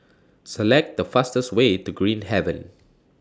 Select The fastest Way to Green Haven